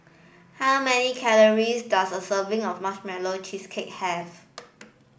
how many calories does a serving of marshmallow cheesecake have